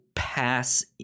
Pass